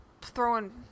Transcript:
throwing